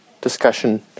discussion